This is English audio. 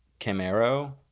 Camaro